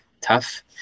tough